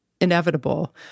inevitable